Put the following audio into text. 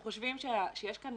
יש כאן